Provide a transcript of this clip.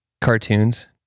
cartoons